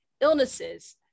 illnesses